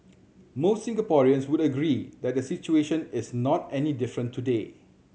most Singaporeans would agree that the situation is not any different today